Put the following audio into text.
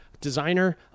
Designer